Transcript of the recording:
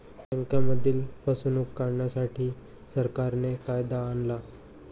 बँकांमधील फसवणूक टाळण्यासाठी, सरकारने कायदा आणला